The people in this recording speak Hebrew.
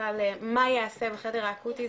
בכלל מה ייעשה בחדר האקוטי,